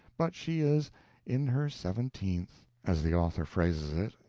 but she is in her seventeenth, as the author phrases it,